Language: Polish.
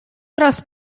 teraz